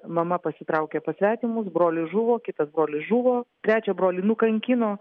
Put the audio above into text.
mama pasitraukė pas svetimus brolis žuvo kitas brolis žuvo trečią brolį nukankino